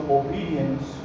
obedience